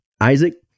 Isaac